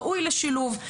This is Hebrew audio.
ראוי לשילוב.